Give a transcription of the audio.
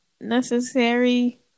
necessary